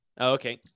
Okay